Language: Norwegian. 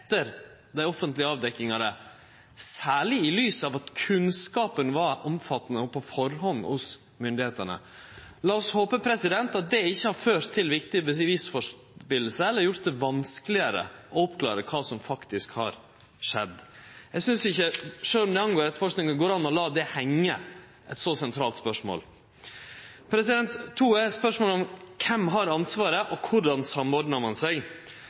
dei offentlege avdekkingane, særleg i lys av at kunnskapen var omfattande på førehand hos myndigheitene. Lat oss håpe at det ikkje har ført til viktige tap av prov eller gjort det vanskelegare å klare opp i kva som faktisk har skjedd. Eg synest ikkje det – sjølv om det har å gjere med etterforskinga – går an å la eit så sentralt spørsmål hengje. Nummer to er spørsmålet om kven som har ansvaret, og korleis ein samordnar seg.